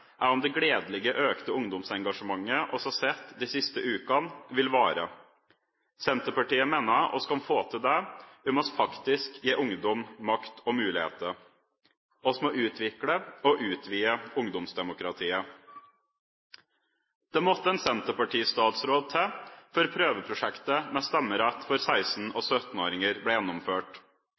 er om det gledelig økte ungdomsengasjementet vi har sett i de siste ukene, vil vare. Senterpartiet mener vi kan få til det om vi faktisk gir ungdom makt og muligheter. Vi må utvikle og utvide ungdomsdemokratiet. Det måtte en statsråd fra Senterpartiet til før prøveprosjektet med stemmerett for 16-åringer og 17-åringer ble gjennomført.